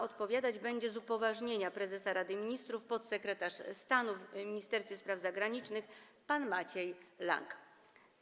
Odpowiadać będzie z upoważnienia prezesa Rady Ministrów podsekretarz stanu w Ministerstwie Spraw Zagranicznych pan Maciej Lang.